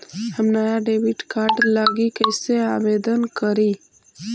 हम नया debit card लागी कईसे आवेदन करी?